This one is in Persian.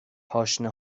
پاشنه